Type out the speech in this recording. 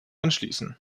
anschließen